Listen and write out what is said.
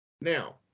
Now